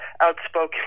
outspoken